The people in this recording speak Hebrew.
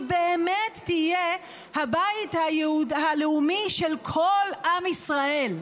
באמת תהיה הבית הלאומי של כל עם ישראל,